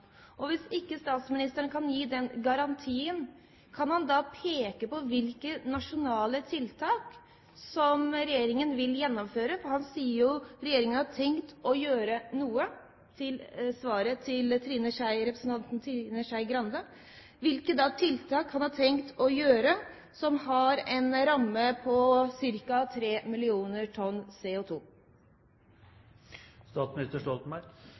Hvis ikke statsministeren kan gi den garantien, kan han da peke på hvilke nasjonale tiltak som regjeringen vil gjennomføre, for i svaret til representanten Trine Skei Grande sier han jo at regjeringen har tenkt å gjøre noe? Hvilke tiltak har han tenkt å komme med som har en ramme på ca. 3 millioner tonn